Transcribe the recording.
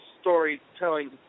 storytelling